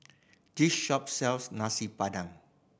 this shop sells Nasi Padang